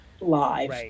live